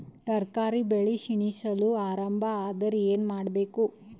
ತರಕಾರಿ ಬೆಳಿ ಕ್ಷೀಣಿಸಲು ಆರಂಭ ಆದ್ರ ಏನ ಮಾಡಬೇಕು?